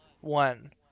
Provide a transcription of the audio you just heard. one